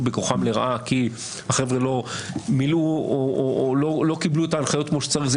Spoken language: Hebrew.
בכוחם לרעה כי החבר'ה לא קיבלו את ההנחיות כמו שצריך.